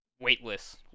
weightless